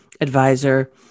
advisor